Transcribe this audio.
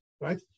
right